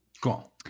Cool